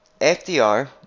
FDR